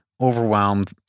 overwhelmed